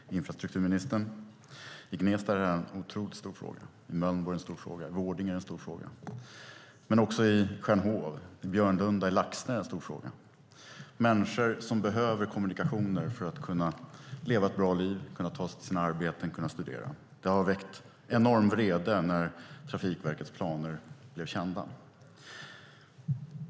Herr talman och infrastrukturministern! I Gnesta är detta en stor fråga, likaså i Mölnbo, Vårdinge, Stjärnhov, Björnlunda och Laxne. Människor behöver kommunikationer för att kunna leva ett bra liv, kunna ta sig till sina arbeten och kunna studera. Det väckte enorm vrede när Trafikverkets planer blev kända.